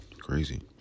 Crazy